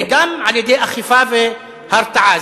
וגם על-ידי אכיפה והרתעה.